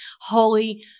Holy